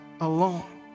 alone